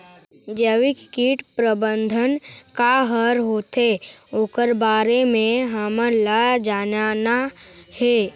जैविक कीट प्रबंधन का हर होथे ओकर बारे मे हमन ला जानना हे?